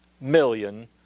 million